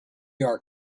are